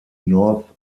north